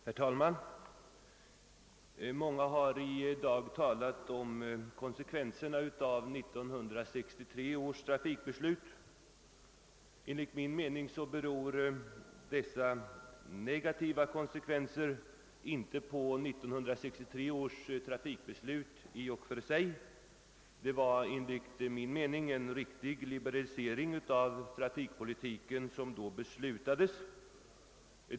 Herr talman! Många talare har i dag berört konsekvenserna av 1963 års trafikpolitiska beslut. Enligt min mening beror dessa negativa konsekvenser inte på 1963 års trafikpolitiska beslut i och för sig. Det var enligt min mening en riktig liberalisering av trafikpolitiken som då beslutades.